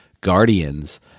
guardians